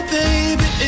baby